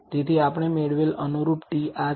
તેથી આપણે મેળવેલ અનુરૂપ t આ છે